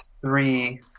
three